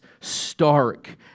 stark